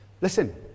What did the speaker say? Listen